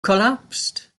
collapsed